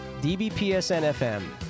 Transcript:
DBPSNFM